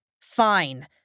Fine